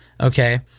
okay